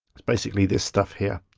it's basically this stuff here.